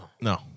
No